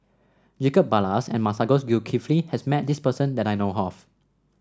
Jacob Ballas and Masagos Zulkifli has met this person that I know of